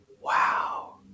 wow